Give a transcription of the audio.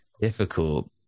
difficult